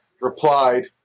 replied